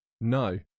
No